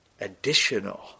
additional